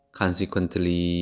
consequently